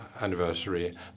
anniversary